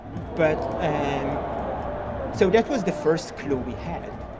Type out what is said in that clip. but and so that was the first clue we had.